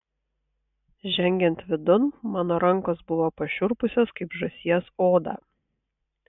žengiant vidun mano rankos buvo pašiurpusios kaip žąsies oda